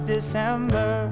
December